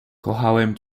kochałem